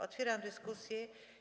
Otwieram dyskusję.